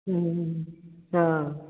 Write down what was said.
हाँ